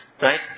right